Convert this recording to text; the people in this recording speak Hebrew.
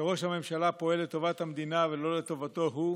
שראש הממשלה פועל לטובת המדינה ולא לטובתו הוא?